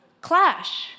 clash